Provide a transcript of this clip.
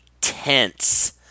tense